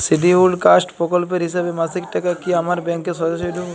Scheduled caste প্রকল্পের হিসেবে মাসিক টাকা কি আমার ব্যাংকে সোজাসুজি ঢুকবে?